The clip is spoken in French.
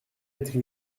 être